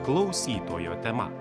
klausytojo tema